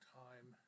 time